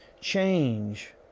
change